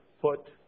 put